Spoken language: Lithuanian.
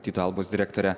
tyto albos direktorė